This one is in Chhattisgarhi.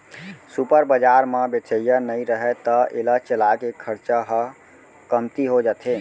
सुपर बजार म बेचइया नइ रहय त एला चलाए के खरचा ह कमती हो जाथे